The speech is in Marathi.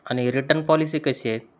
आणि रिटर्न पॉलिसी कशी आहे